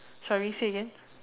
sorry say again